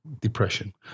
depression